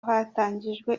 hatangijwe